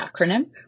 acronym